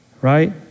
Right